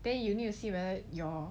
then you need to see whether your